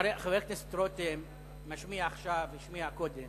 חבר הכנסת רותם משמיע עכשיו והשמיע קודם